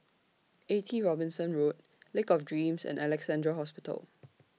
eighty Robinson Road Lake of Dreams and Alexandra Hospital